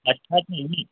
अच्छा चाहिए